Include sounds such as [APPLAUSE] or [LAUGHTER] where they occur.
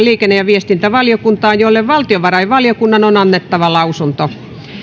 [UNINTELLIGIBLE] liikenne ja viestintävaliokuntaan jolle valtiovarainvaliokunnan on annettava lausunto